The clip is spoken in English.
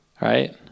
right